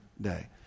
day